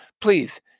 please